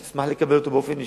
אשמח לקבל אותו באופן אישי,